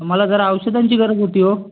मला जरा औषधांची गरज होती हो